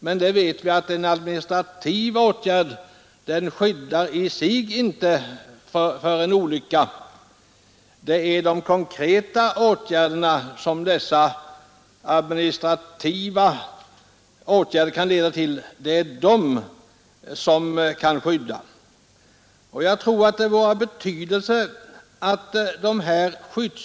Men vi vet att en administrativ åtgärd i sig inte skyddar mot en olycka. Det är de konkreta åtgärderna — som de administrativa åtgärderna kan leda till — som kan innebära ett skydd.